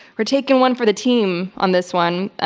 we're taking one for the team on this one.